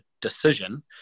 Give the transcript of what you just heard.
decision